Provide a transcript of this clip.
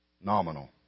nominal